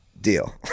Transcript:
Deal